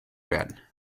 werden